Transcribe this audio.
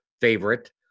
favorite